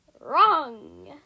Wrong